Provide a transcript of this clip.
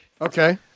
Okay